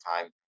time